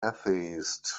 atheist